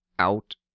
Out